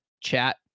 chat